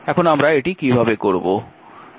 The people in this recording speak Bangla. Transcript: এখন আমরা এটি কীভাবে করব